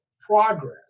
progress